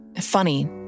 Funny